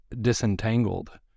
disentangled